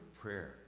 prayer